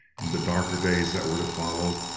in the darker days that were to follow,